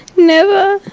never.